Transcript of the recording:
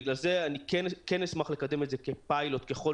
בגלל זה אני כן אשמח לקדם את זה כפיילוט ככל